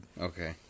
Okay